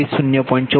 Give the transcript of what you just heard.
14 આ બે j 0